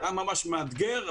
היה ממש מאתגר,